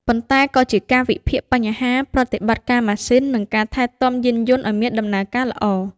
ប៉ុន្តែក៏ជាការវិភាគបញ្ហា ប្រតិបត្តិការម៉ាស៊ីន និងការថែទាំយានយន្តឱ្យមានដំណើរការល្អ។